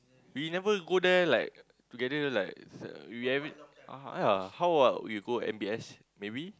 we never go there like together like s~ we every ya how old ah we go M_B_S maybe